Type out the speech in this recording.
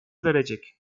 verecek